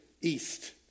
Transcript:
east